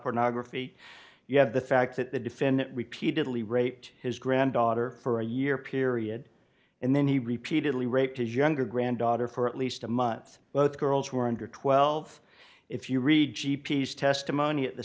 pornography you have the fact that the defendant repeatedly raped his granddaughter for a year period and then he repeatedly raped his younger granddaughter for at least a month both girls were under twelve if you read cheapies testimony at the